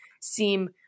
seem